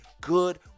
good